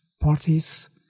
parties